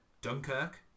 Dunkirk